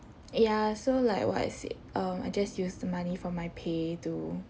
ya so like what I said um I just used the money from my pay to